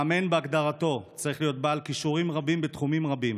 המאמן בהגדרתו צריך להיות בעל כישורים רבים בתחומים רבים: